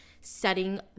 setting